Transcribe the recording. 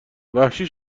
وحشی